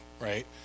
right